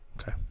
Okay